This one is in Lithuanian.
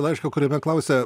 laišką kuriame klausia